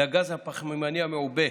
זה הגז הפחמימני המעובה.